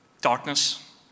darkness